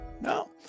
No